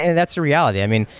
and that's the reality. i mean,